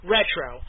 Retro